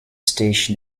station